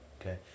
Okay